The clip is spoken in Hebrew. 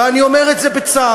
ואני אומר את זה בצער.